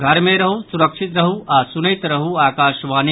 घर मे रहू सुरक्षित रहू आ सुनैत रहू आकाशवाणी